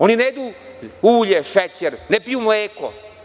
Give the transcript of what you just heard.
Oni ne jedu ulje, šećer, ne piju mleko.